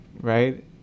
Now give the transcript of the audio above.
right